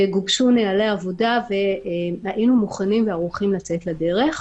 גובשו נוהלי עבודה והיינו מוכנים וערוכים לצאת לדרך.